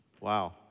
Wow